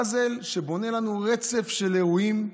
פאזל שבונה לנו רצף של אירועים,